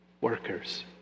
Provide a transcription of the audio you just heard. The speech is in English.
workers